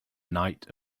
night